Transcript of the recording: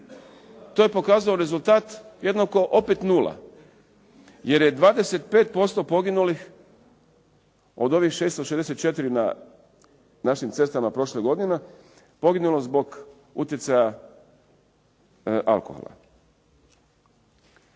To je pokazalo rezultat jednako opet 0. Jer je 25% poginulih od ovih 664 na našim cestama prošle godine, poginulo zbog utjecaja alkohola.